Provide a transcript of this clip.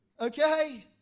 okay